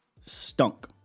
stunk